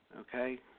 Okay